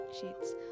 sheets